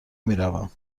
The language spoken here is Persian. میروم